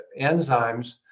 enzymes